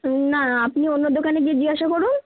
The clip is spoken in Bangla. না আপনি অন্য দোকানে গিয়ে জিজ্ঞাসা করুন